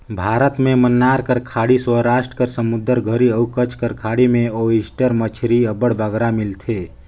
भारत में मन्नार कर खाड़ी, सवरास्ट कर समुंदर घरी अउ कच्छ कर खाड़ी में ओइस्टर मछरी अब्बड़ बगरा मिलथे